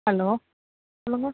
hello சொல்லுங்கள்